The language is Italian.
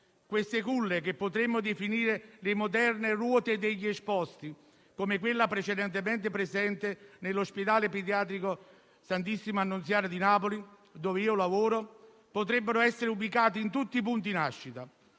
Queste culle, che potremmo definire le moderne ruote degli esposti, come quella precedentemente presente nell'ospedale pediatrico Santissima Annunziata di Napoli (dove io lavoro), potrebbero essere ubicate in tutti i punti nascita.